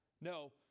No